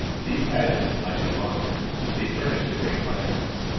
these pageants might be longer. they furnish the great climax.